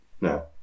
No